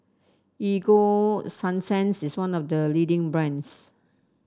Ego Sunsense is one of the leading brands